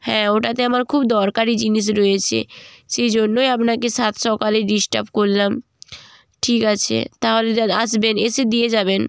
হ্যাঁ ওটাতে আমার খুব দরকারি জিনিস রয়েছে সেই জন্যই আপনাকে সাত সকালে ডিস্টার্ব করলাম ঠিক আছে তাহলে আসবেন এসে দিয়ে যাবেন